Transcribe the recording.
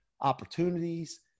opportunities